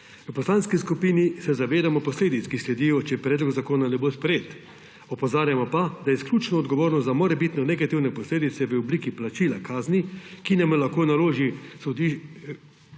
V poslanski skupini se zavedamo posledic, ki sledijo, če predlog zakona ne bo sprejet, opozarjamo pa, da izključno odgovornost za morebitne negativne posledice v obliki plačila kazni, ki nam jo lahko naloži sodišče